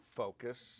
focus